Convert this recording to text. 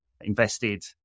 invested